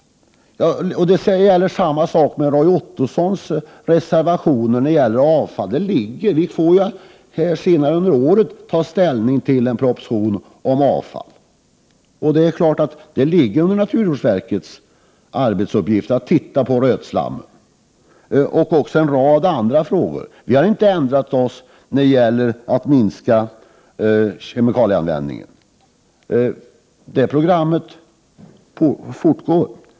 Samma sak gäller Roy Ottossons reservationer om avfall. Vi får senare under året ta ställning till en proposition om avfall. Det är klart att det ligger under naturvårdsverkets arbetsuppgifter att titta på rötslammet och en rad andra frågor. Vi har inte ändrat oss när det gäller att minska kemikalieanvändningen. Det programmet fortgår.